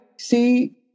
see